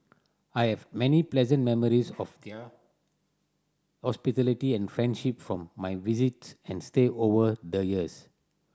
I have many pleasant memories of their hospitality and friendship from my visits and stay over the years